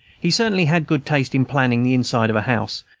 he certainly had good taste in planning the inside of a house,